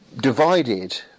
Divided